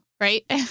right